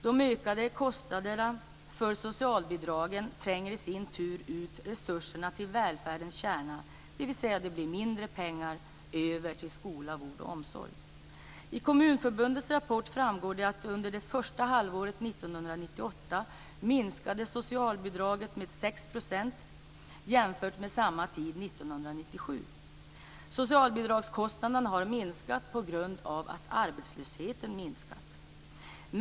De ökade kostnaderna för socialbidragen tränger i sin tur ut resurserna till välfärdens kärna, dvs. att det blir mindre pengar över till skola, vård och omsorg. I Kommunförbundets rapport framgår det att socialbidraget under det första halvåret 1998 minskade med 6 % jämfört med samma tid 1997. Socialbidragskostnaderna har minskat på grund av att arbetslösheten har minskat.